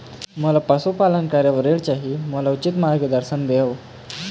मोला पशुपालन करे बर ऋण चाही, मोला उचित मार्गदर्शन देव?